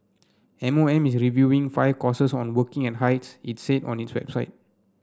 M O M is reviewing five courses on working in heights it said on its website